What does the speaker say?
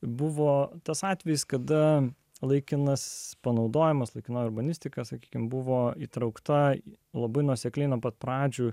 buvo tas atvejis kada laikinas panaudojimas laikinoje urbanistika sakykime buvo įtraukta į labai nuosekliai nuo pat pradžios